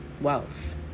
wealth